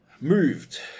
Moved